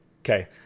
okay